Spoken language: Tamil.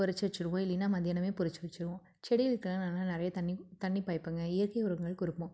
பறிச்சு வச்சுருவோம் இல்லைன்னால் மத்தியானமே பறிச்சு வச்சுருவோம் செடிகளுக்கெல்லாம் நாங்கெல்லாம் நிறைய தண்ணி தண்ணி பாய்ப்பங்க இயற்கை உரங்கள் கொடுப்போம்